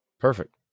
Perfect